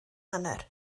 hanner